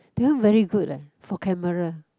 that one very good leh for camera